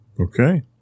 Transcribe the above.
Okay